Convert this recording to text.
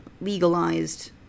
legalized